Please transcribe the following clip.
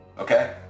Okay